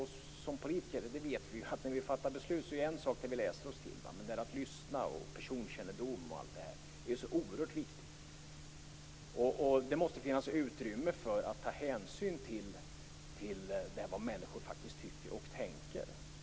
Men som politiker vet vi att det är en sak vad vi läser oss till när vi fattar beslut och en annan sak att lyssna och ha personkännedom. Det är oerhört viktig. Det måste finnas utrymme för att ta hänsyn till vad människor faktiskt tycker och tänker.